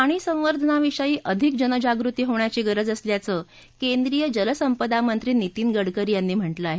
पाणी संवर्धनाविषयी अधिक जनजागृती होण्याची गरज असल्याचं केंद्रीय जलसंपदामंत्री नितीन गडकरी यांनी म्हटलं आहे